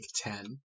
Ten